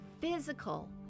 physical